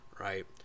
Right